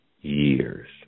years